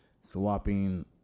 swapping